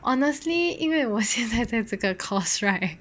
honestly 因为我现在在这个 course right